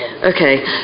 Okay